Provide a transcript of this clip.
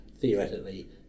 theoretically